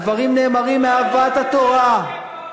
אימהות עובדות,